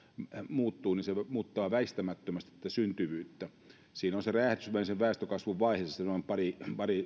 muuttuu niin se muuttaa väistämättömästi syntyvyyttä siinä on se räjähdysmäisen väestökasvun vaihe parin